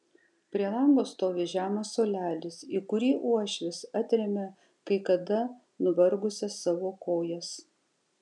prie lango stovi žemas suolelis į kurį uošvis atremia kai kada nuvargusias savo kojas